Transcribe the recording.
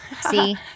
See